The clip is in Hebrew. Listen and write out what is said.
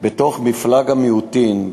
בתוך מפלג המיעוטים,